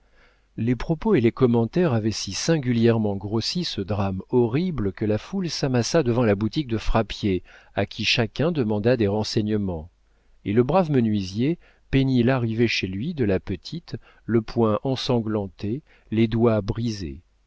les propos et les commentaires avaient si singulièrement grossi ce drame horrible que la foule s'amassa devant la boutique de frappier à qui chacun demanda des renseignements et le brave menuisier peignit l'arrivée chez lui de la petite le poing ensanglanté les doigts brisés